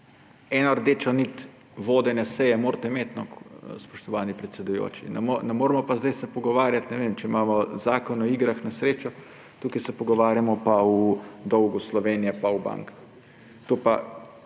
eno rdečo nit vodenja seje morate imeti, spoštovani predsedujoči. Ne moremo pa zdaj se pogovarjati, ne vem, če imamo Zakon o igrah na srečo, tukaj se pogovarjamo pa o dolgu Slovenije pa o bankah. To pa